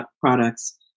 products